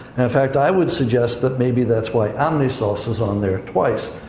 and in fact, i would suggest that maybe that's why amnisos is on there twice.